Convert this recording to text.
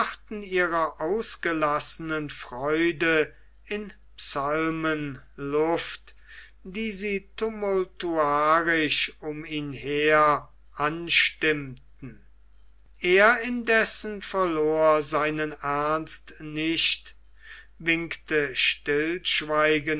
ihrer ausgelassenen freude in psalmen luft die sie tumultuarisch um ihn her anstimmten er indessen verlor seinen ernst nicht winkte stillschweigen